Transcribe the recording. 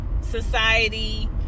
society